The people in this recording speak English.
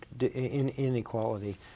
inequality